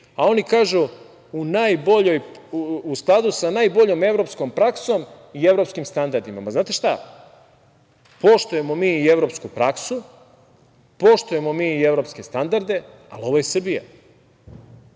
a oni kažu u skladu sa najboljom evropskom praksom i evropskim standardima. Znate šta, poštujemo mi i evropsku praksu, poštujemo mi i evropske standarde, ali, ovo je Srbija,